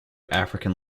african